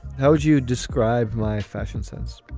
how would you describe my fashion sense?